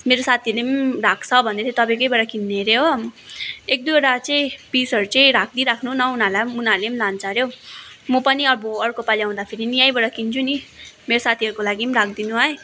मेरो साथीहरूले पनि राख्छ भन्दै थियो तपाईँकैबाट किन्ने अरे हो एक दुईवटा चाहिँ पिसहरू चाहिँ राखिदिराख्नु न उनीहरूलाई पनि उनीहरूले पनि लान्छ अरे हौ म पनि अब अर्को पालि आउँदाखेरि यहीँबाट किन्छु नि मेरो साथीहरूको लागि पनि राखिदिनु है